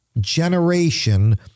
generation